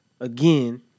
again